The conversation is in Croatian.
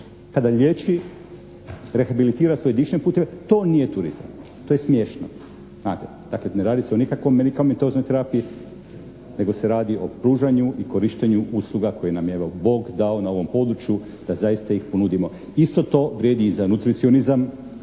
kada liječi, rehabilitira svoje dišne puteve, to nije turizam, to je smiješno, znate? Dakle, ne radi se o nikakvom medikamentoznoj terapiji nego se radi o pružanju i korištenju usluga koje nam je evo Bog dao na ovom području da zaista ih ponudimo. Isto to vrijedi i za nutricionizam,